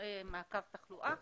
מעקב תחלואה.